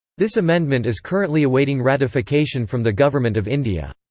this amendment is currently awaiting ratification from the government of india.